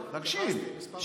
תקשיב,